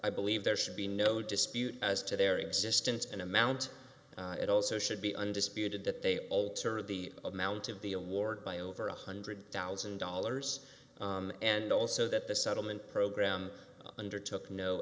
i believe there should be no dispute as to their existence and amount it also should be undisputed that they alter the amount of the award by over one hundred thousand dollars and also that the settlement program under took no